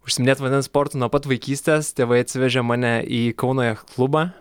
užsiiminėt vandens sportu nuo pat vaikystės tėvai atsivežė mane į kauno jachtklubą